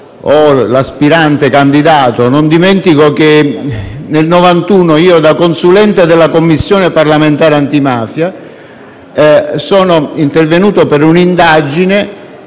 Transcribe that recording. a nota al candidato. Non dimentico che nel 1991, da consulente della Commissione parlamentare antimafia, sono intervenuto per un'indagine